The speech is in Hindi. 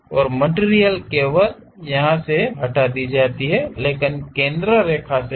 और मटिरियल केवल यहां से हटा दी जाती है लेकिन केंद्र रेखा से नहीं